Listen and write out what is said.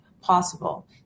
possible